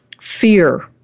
Fear